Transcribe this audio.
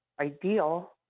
ideal